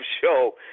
show